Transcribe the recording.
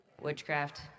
Witchcraft